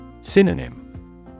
Synonym